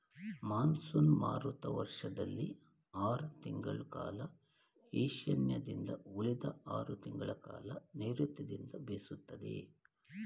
monsoon ಮಾರುತ ವರ್ಷದಲ್ಲಿ ಆರ್ ತಿಂಗಳ ಕಾಲ ಈಶಾನ್ಯದಿಂದ ಉಳಿದ ಆರ್ ತಿಂಗಳಕಾಲ ನೈರುತ್ಯದಿಂದ ಬೀಸುತ್ತೆ